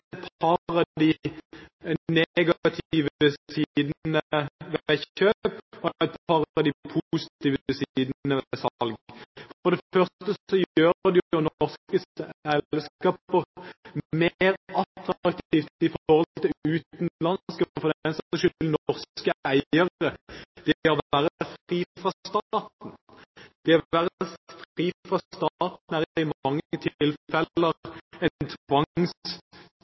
et par av de negative sidene ved kjøp og et par av de positive sidene ved salg. Det gjør norske selskaper mer attraktive for utenlandske og, for den saks skyld, norske eiere å være fri fra staten. Det å være fri fra staten er i mange tilfeller